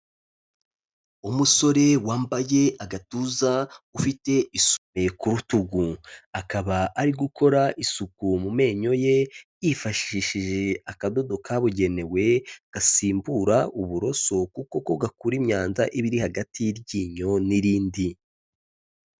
Umusore wambaye agatuza ufite isume ku rutugu, akaba ari gukora isuku mu menyo ye yifashishije akadodo kabugenewe gasimbura uburoso kuko ko gakura imyanda iba iri hagati y'iryinyo n'irindi.